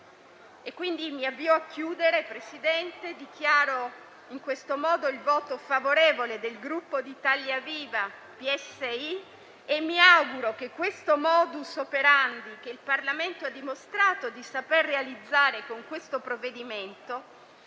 Presidente, mi avvio a concludere, dichiarando in questo modo il voto favorevole del Gruppo Italia Viva - PSI e mi auguro che questo *modus operandi*, che il Parlamento ha dimostrato di saper realizzare con il provvedimento